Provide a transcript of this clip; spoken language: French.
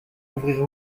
ouvrirez